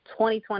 2020